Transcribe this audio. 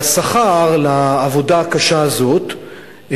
והשכר על העבודה הקשה הזאת,